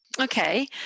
okay